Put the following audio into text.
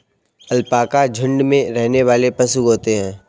alpaca झुण्ड में रहने वाले पशु होते है